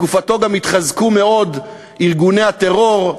בתקופתו גם התחזקו מאוד ארגוני הטרור,